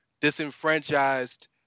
disenfranchised